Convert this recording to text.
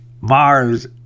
Mars